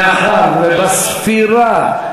מאחר שבספירה,